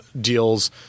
deals